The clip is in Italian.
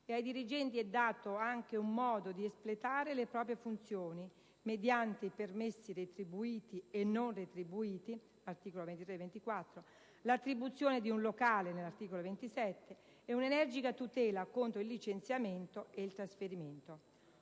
loro dirigenti è dato anche un modo di espletare le proprie funzioni mediante i permessi retribuiti e non retribuiti (articoli 23 e 24), l'attribuzione di un locale (articolo 27) e un'energica tutela contro il licenziamento e il trasferimento